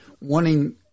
wanting